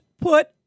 put